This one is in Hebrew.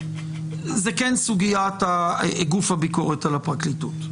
זה כן סוגיות גוף הביקורת על הפרקליטות.